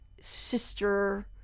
sister